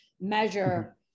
measure